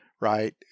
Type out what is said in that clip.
right